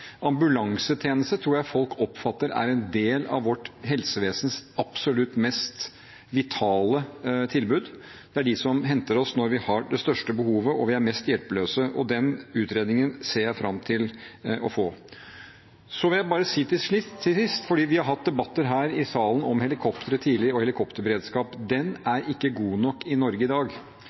tror jeg folk oppfatter er en del av vårt helsevesens absolutt mest vitale tilbud. Det er de som henter oss når vi har det største behovet og er mest hjelpeløse, og den utredningen ser jeg fram til å få. Jeg vil bare si, fordi vi har hatt debatter her i salen om helikoptre og helikopterberedskap: Den er ikke god nok i Norge i dag,